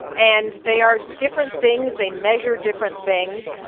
and they are different things. they measure different things.